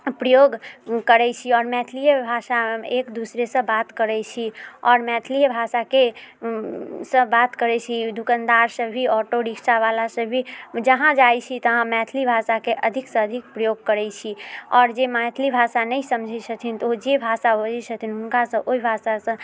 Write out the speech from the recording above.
प्रयोग करैत छी आओर मैथलिए भाषामे एक दूसरे से बात करैत छी आओर मैथलिए भाषाके सँ बात करैत छी दुकानदारसँ भी ऑटो रिक्शा बला से भी जहाँ जाइत छी तहाँ मैथिली भाषाकेँ अधिकसँ अधिक प्रयोग करैत छी आओर जे मैथिली भाषा नहि समझैत छथिन तऽ ओ जे भाषा बजैत छथिन हुनकासँ ओहि भाषासँ